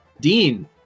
Dean